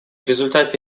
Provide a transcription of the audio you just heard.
результате